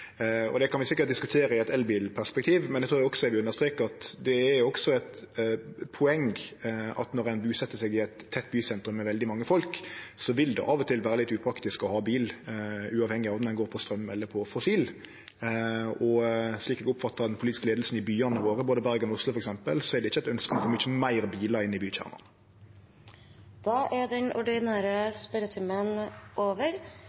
Det kan vi sikkert diskutere i eit elbilperspektiv, men eg trur også eg vil understreke at det er eit poeng at når ein buset seg i eit tett bysentrum med veldig mange folk, vil det av og til vere litt upraktisk å ha bil – uavhengig av om han går på straum eller på fossilt drivstoff. Slik eg oppfattar den politiske leiinga i byane våre, f.eks. i både Bergen og Oslo, er det ikkje ønske om mykje meir bilar inn i bykjernen. Da er den ordinære spørretimen over.